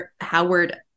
Howard